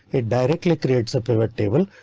it directly creates a pivot table.